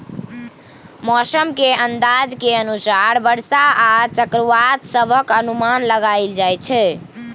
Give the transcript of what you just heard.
मौसम के अंदाज के अनुसार बरसा आ चक्रवात सभक अनुमान लगाइल जाइ छै